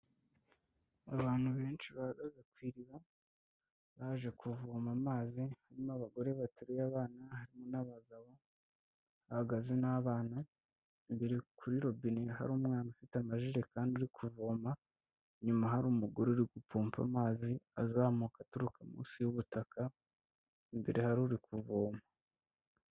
Abantu benshi bahagaze ku iriba baje kuvoma amazi, harimo abagore bateruye abana harimo n'abagabo bahagaze n'abana, imbere kuri robine hari umwana ufite amajerekani uri kuvoma, inyuma hari umugore uri gupompa amazi azamuka aturuka munsi y'ubutaka, imbere hari ruri kuvoma.